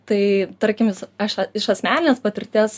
tai tarkim aš iš asmenės patirties